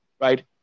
right